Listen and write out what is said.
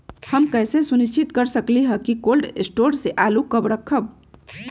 हम कैसे सुनिश्चित कर सकली ह कि कोल शटोर से आलू कब रखब?